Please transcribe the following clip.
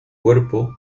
cuerpo